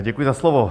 Děkuji za slovo.